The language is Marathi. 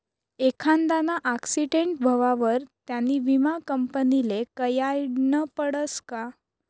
एखांदाना आक्सीटेंट व्हवावर त्यानी विमा कंपनीले कयायडनं पडसं का